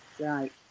Right